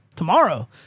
Tomorrow